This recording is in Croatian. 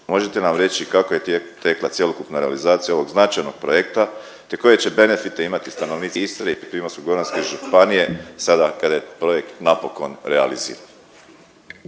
Možete nam reći kako je tekla cjelokupna realizacija ovog značajnog projekta, te koje će benefite imati stanovnici Istre i Primorsko-goranske županije sada kada je projekt napokon realiziran?